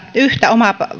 yhtä